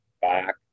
back